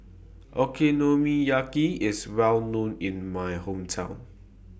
Okonomiyaki IS Well known in My Hometown